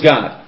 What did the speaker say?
God